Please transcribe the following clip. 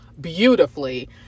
beautifully